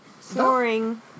Snoring